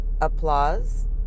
Applause